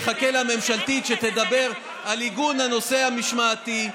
יחכה לממשלתית שתדבר על עיגון הנושא המשמעתי,